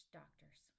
doctors